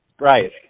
Right